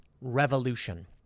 revolution